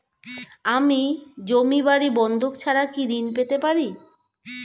আমি জমি বাড়ি বন্ধক ছাড়া কি ঋণ পেতে পারি?